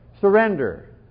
Surrender